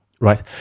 right